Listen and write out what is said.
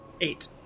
Eight